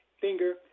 finger